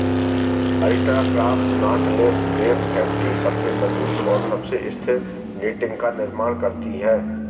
ultra cross knotless web factory सबसे मजबूत और सबसे स्थिर नेटिंग का निर्माण करती है